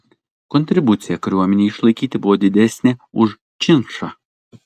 kontribucija kariuomenei išlaikyti buvo didesnė už činšą